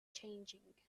changing